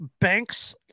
banks